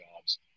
jobs